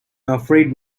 afraid